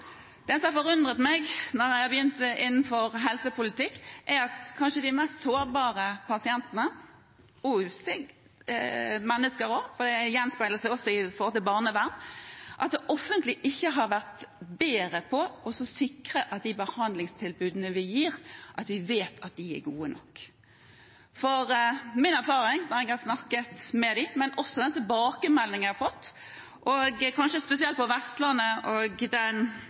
Det som har forundret meg etter at jeg begynte med helsepolitikk, er at det offentlige ikke har vært bedre på å sikre at de behandlingstilbudene vi gir de mest sårbare pasientene – og utsatte mennesker også, for det gjenspeiler seg også når det kommer til barnevernet – er gode nok. Min erfaring er – når jeg har snakket med dem, og gjennom de tilbakemeldingene jeg har fått, kanskje spesielt fra Vestlandet og den